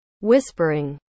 Whispering